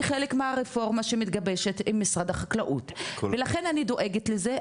חלק מהרפורמה שמתגבשת עם משרד החקלאות ולכן אני דואגת לזה,